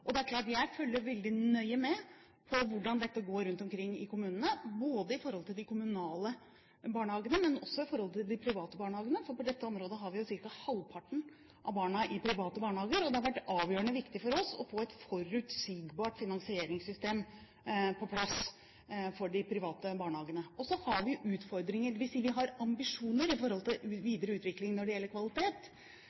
gjennomføre. Det er klart at jeg følger veldig nøye med på hvordan dette går rundt omkring i kommunene, ikke bare i forhold til de kommunale barnehagene, men også de private barnehagene, for ca. halvparten av barna går jo i private barnehager, og det har vært avgjørende viktig for oss å få et forutsigbart finansieringssystem på plass for de private barnehagene. Og så har vi utfordringer, dvs. vi har ambisjoner om videre utvikling når det gjelder kvalitet. Så her er det ingen grunn til